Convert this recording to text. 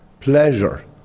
pleasure